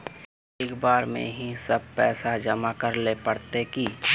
एक बार में ही सब पैसा जमा करले पड़ते की?